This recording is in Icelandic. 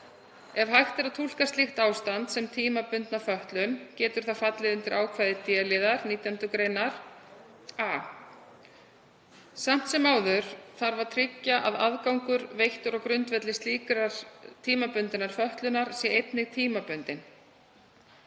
Ef hægt er að túlka slíkt ástand sem tímabundna fötlun getur það fallið undir ákvæði d-liðar 19. gr. a. Samt sem áður þarf að tryggja að aðgangur veittur á grundvelli slíkrar tímabundinnar fötlunar sé einnig tímabundinn.